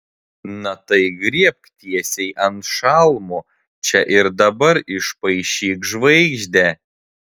na tai griebk tiesiai ant šalmo čia ir dabar išpaišyk žvaigždę